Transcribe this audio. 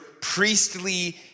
priestly